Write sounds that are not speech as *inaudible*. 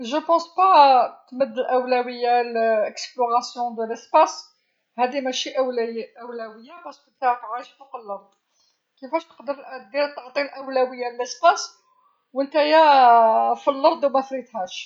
أنا لا أفكر تمد الأولوية لاكتشاف الفضاء هذي مشي *hesitation* أولوية، لأن أنت عايش فوق الأرض، كفاش تقدر دير تعطي أولوية للفضاء ونتيا *hesitation* في الأرض ومافرتهاش.